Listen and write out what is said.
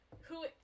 who-